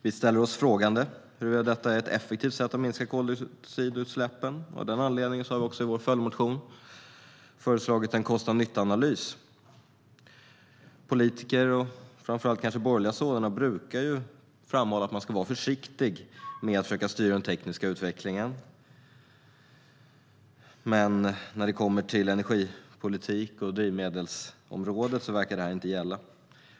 Vi ställer oss frågande till huruvida detta är ett effektivt sätt att minska koldioxidutsläppen. Av den anledningen har vi i vår följdmotion föreslagit en kostnads och nyttoanalys. Politiker, kanske framför allt borgerliga sådana, brukar framhålla att man ska vara försiktig med att försöka styra den tekniska utvecklingen, men när det gäller energipolitik och drivmedelsområdet verkar det inte gälla.